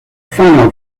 final